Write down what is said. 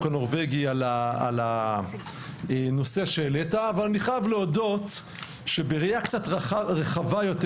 הנורבגי על הנושא שהעלית ואני חייב להודות שבראייה קצת רחבה יותר,